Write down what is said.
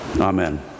Amen